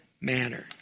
manner